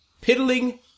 Piddling